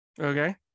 Okay